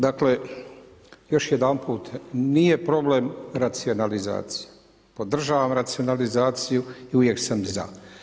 Dakle, još jedanput nije problem racionalizacije, podržavam racionalizaciju i uvijek sam za.